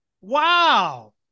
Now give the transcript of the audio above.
Wow